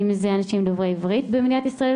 אם זה אנשים דוברי עברית במדינת ישראל,